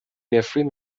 نفرین